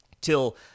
till